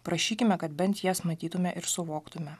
prašykime kad bent jas matytume ir suvoktume